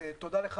תודה לך,